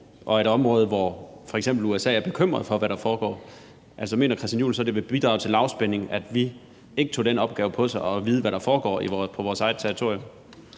er et område, hvor f.eks. USA er bekymret for, hvad der foregår? Altså, mener hr. Christian Juhl så, det bidrager til lavspænding, at vi ikke tog den opgave på os at vide, hvad der foregår på vores eget territorium?